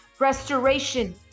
restoration